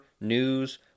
news